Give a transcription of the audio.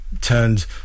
turned